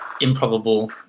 improbable